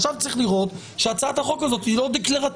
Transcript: עכשיו צריך לראות שהצעת החוק הזאת היא לא דקלרטיבית